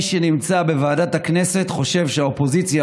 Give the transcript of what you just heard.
מי שנמצא בוועדת הכנסת חושב שהאופוזיציה